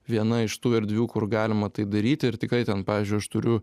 viena iš tų erdvių kur galima tai daryti ir tikrai ten pavyzdžiui aš turiu